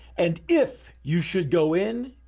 and if you should go in,